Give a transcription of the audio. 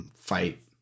fight